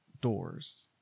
doors